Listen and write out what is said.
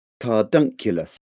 cardunculus